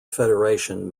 federation